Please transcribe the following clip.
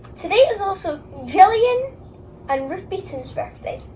today is also gillian and ruth beaton's birthday.